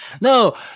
No